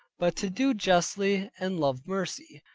but to do justly, and love mercy,